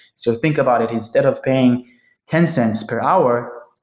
so think about it. instead of paying ten cents per hour,